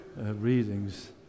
readings